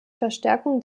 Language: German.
verstärkung